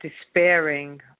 despairing